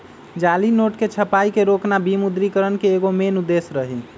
जाली नोट के छपाई के रोकना विमुद्रिकरण के एगो मेन उद्देश्य रही